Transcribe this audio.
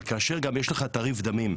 אבל כאשר גם יש לך תעריף דמים,